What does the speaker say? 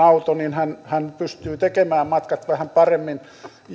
auto niin hän hän pystyy tekemään matkat vähän paremmin